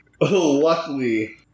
luckily